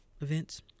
events